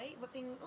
Whipping